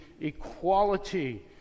equality